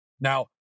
Now